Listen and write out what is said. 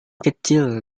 kecil